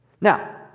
Now